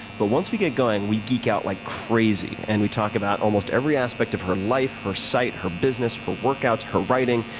but once we get going, we geek out like crazy. and we talk about almost every aspect of her life, her site, her business, her workouts, her writing,